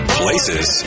places